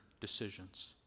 decisions